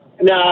No